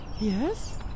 Yes